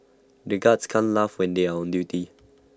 the guards can't laugh when they are on duty